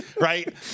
right